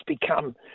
become